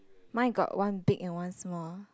mine got one big and one small